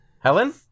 Helen